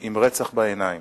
עם רצח בעיניים.